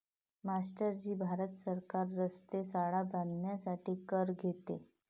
master ji Bharat सरकार रस्ते, शाळा बांधण्यासाठी कर घेते